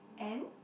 and